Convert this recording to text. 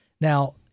Now